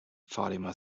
fatima